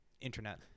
internet